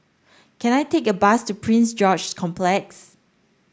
can I take a bus to Prince George's Park